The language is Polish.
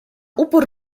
upór